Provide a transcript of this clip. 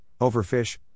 overfish